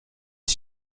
est